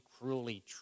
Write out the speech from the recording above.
cruelly